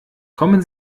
kommen